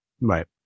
Right